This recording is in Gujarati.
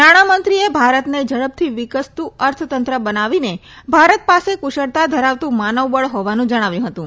નાણાં મંત્રીએ ભારતને ઝડપથી વિકસતુ અર્થતંત્ર બતાવીને ભારત પાસે કુશળતા ધરાવતું માનવ બળ હોવાનું જણાવ્યું હતું